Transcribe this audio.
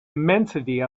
immensity